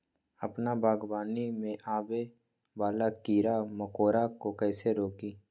अपना बागवानी में आबे वाला किरा मकोरा के कईसे रोकी?